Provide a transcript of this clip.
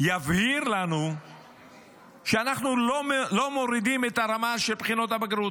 יבהיר לנו שאנחנו לא מורידים את הרמה של בחינות הבגרות.